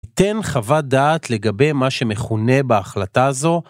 תן חוות דעת לגבי מה שמכונה בהחלטה הזו.